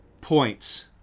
points